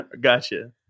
Gotcha